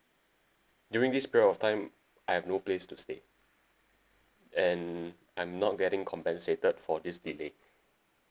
during this period of time I have no place to stay and I'm not getting compensated for this delay